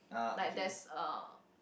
like there's a